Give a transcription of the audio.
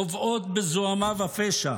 טובעות בזוהמה ופשע.